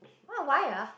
wh~ why ah